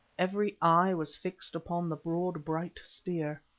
every eye was fixed upon the broad bright spear.